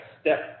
step